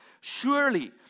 Surely